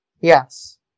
Yes